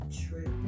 trip